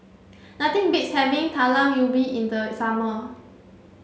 nothing beats having Talam Ubi in the summer